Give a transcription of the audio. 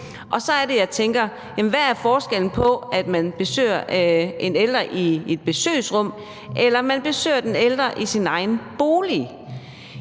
og så er det, jeg tænker: Hvad er forskellen på, om man besøger en ældre i et besøgsrum, eller om man besøger den ældre i dennes egen bolig?